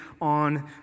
on